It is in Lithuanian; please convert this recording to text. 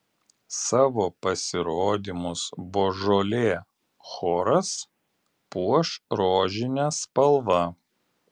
savo pasirodymus božolė choras puoš rožine spalva